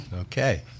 okay